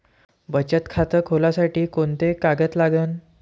बचत खात खोलासाठी कोंते कागद लागन?